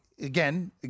again